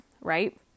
right